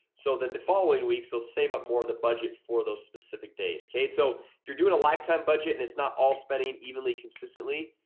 so then the following weeks, they'll save up more of the budget for those specific days, okay? so you're doing a lifetime budget, and it's not all spending evenly consistently.